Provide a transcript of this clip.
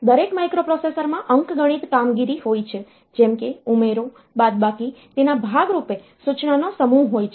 દરેક માઇક્રોપ્રોસેસરમાં અંકગણિત કામગીરી હોય છે જેમ કે ઉમેરો બાદબાકી તેના ભાગરૂપે સૂચનાનો સમૂહ હોય છે